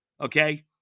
okay